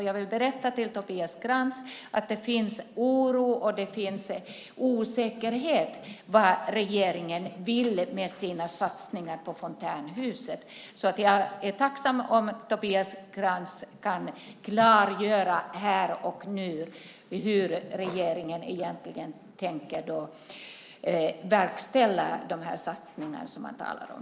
Jag vill berätta för Tobias Krantz att det finns oro och osäkerhet inför vad regeringen vill med sina satsningar på fontänhusen. Jag är tacksam om Tobias Krantz kan klargöra här och nu hur regeringen egentligen tänker verkställa de satsningar som man talar om.